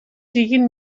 siguin